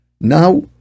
now